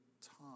time